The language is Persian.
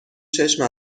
چشم